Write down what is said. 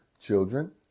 children